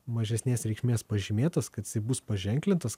mažesnės reikšmės pažymėtas kad jisai bus paženklintas